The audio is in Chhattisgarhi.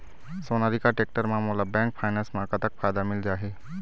सोनालिका टेक्टर म मोला बैंक फाइनेंस म कतक फायदा मिल जाही?